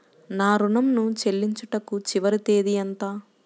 నా ఋణం ను చెల్లించుటకు చివరి తేదీ ఎంత?